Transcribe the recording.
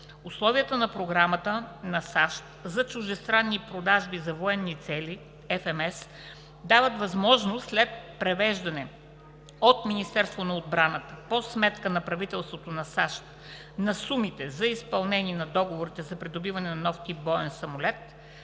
Условията на програмата на САЩ за чуждестранни продажби за военни цели (FMS) дават възможност, след превеждане от Министерството на отбраната по сметка на правителството на САЩ на сумите за изпълнение на договорите за придобиване на нов тип боен самолет,